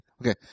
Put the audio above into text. Okay